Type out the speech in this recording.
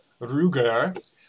Ruger